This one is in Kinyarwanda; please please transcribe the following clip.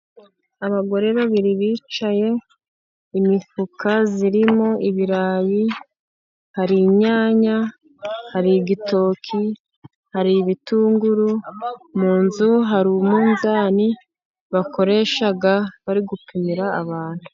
Abagore babiri bicaye, imifuka irimo ibirayi, hari inyanya, hari igitoki, hari ibitunguru mu nzu, hari umunzani bakoresha bari gupimira abantu.